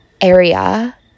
area